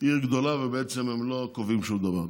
עיר גדולה ובעצם הם לא קובעים שום דבר.